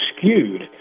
skewed